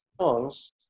songs